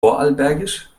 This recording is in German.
vorarlbergisch